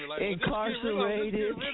incarcerated